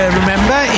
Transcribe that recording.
remember